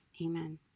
Amen